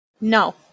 No